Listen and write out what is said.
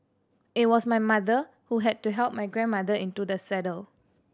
it was my mother who had to help my grandmother into the saddle